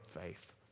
faith